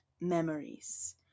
Memories